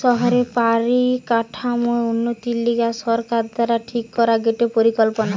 শহরের পরিকাঠামোর উন্নতির লিগে সরকার দ্বারা ঠিক করা গটে পরিকল্পনা